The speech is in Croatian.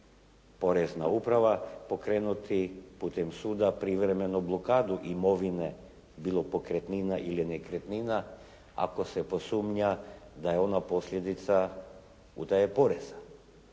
porezna uprava, pokrenuti putem suda privremenu blokadu imovine bilo pokretnina ili nekretnina, ako se posumnja da je ona posljedica utaje poreza.